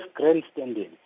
grandstanding